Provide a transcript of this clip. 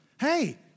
Hey